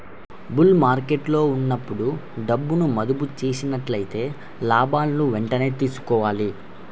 bull మార్కెట్టులో ఉన్నప్పుడు డబ్బును మదుపు చేసినట్లయితే లాభాలను వెంటనే తీసుకోవాలి